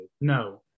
no